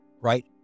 right